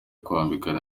kwambikana